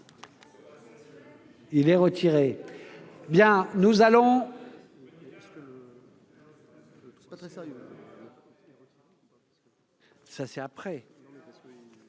85 est retiré.